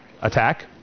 attack